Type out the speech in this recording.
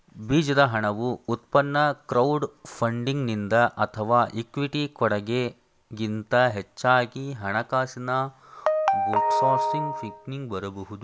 ಬೀಜದ ಹಣವು ಉತ್ಪನ್ನ ಕ್ರೌಡ್ ಫಂಡಿಂಗ್ನಿಂದ ಅಥವಾ ಇಕ್ವಿಟಿ ಕೊಡಗೆ ಗಿಂತ ಹೆಚ್ಚಾಗಿ ಹಣಕಾಸಿನ ಬೂಟ್ಸ್ಟ್ರ್ಯಾಪಿಂಗ್ನಿಂದ ಬರಬಹುದು